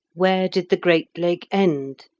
where did the great lake end?